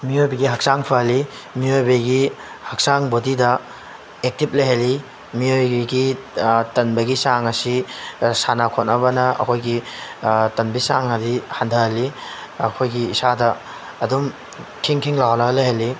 ꯃꯤꯑꯣꯏꯕꯒꯤ ꯍꯛꯆꯥꯡ ꯐꯍꯜꯂꯤ ꯃꯤꯑꯣꯏꯕꯒꯤ ꯍꯛꯆꯥꯡ ꯕꯣꯗꯤꯗ ꯑꯦꯛꯇꯤꯞ ꯂꯩꯍꯜꯂꯤ ꯃꯤꯑꯣꯏꯕꯒꯤ ꯇꯟꯕꯒꯤ ꯆꯥꯡ ꯑꯁꯤ ꯁꯥꯟꯅ ꯈꯣꯠꯅꯕꯅ ꯑꯩꯈꯣꯏꯒꯤ ꯇꯟꯕꯒꯤ ꯆꯥꯡ ꯑꯁꯤ ꯍꯟꯊꯍꯜꯂꯤ ꯑꯩꯈꯣꯏꯒꯤ ꯏꯁꯥꯗ ꯑꯗꯨꯝ ꯈꯤꯡ ꯈꯤꯡ ꯂꯥꯎꯅ ꯂꯩꯍꯜꯂꯤ